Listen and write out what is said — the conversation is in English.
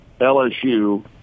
LSU